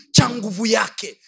changuvuyake